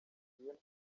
julienne